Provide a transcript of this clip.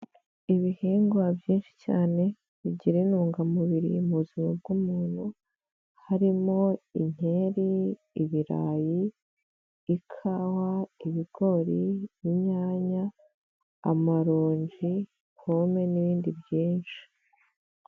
Ibihingwa byinshi cyane bigira intungamubiri mu buzima bw'umuntu, harimo inkeri, ibirayi ikawa, ibigori, inyanya, amarongi, pome n'ibindi byinshi.